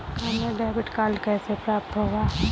हमें debit card कैसे प्राप्त होगा?